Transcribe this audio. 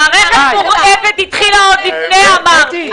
המערכת המורעבת התחילה עוד לפני הקורונה,